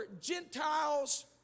Gentiles